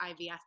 IVF